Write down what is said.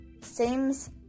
seems